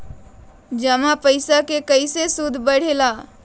जमा पईसा के कइसे सूद बढे ला?